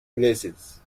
places